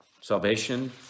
Salvation